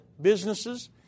businesses